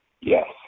Yes